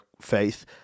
faith